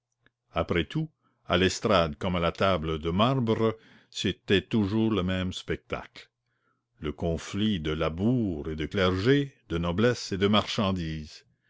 après tout à l'estrade comme à la table de marbre c'était toujours le même spectacle le conflit de labour et de clergé de noblesse et de marchandise